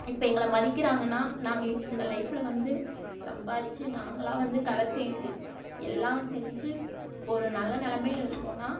இப்போ எங்களை மதிக்கிறாங்கன்னா நாங்கள் இந்த லைஃப்ல வந்து சம்பாதிச்சி நாங்களாக வந்து கரை சேர்ந்து எல்லாம் செஞ்சு ஒரு நல்ல நிலமையில இருக்கோனா